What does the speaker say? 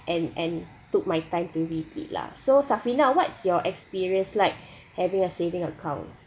and and took my time to repeat lah so safina what's your experience like having a saving account